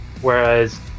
whereas